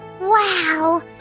Wow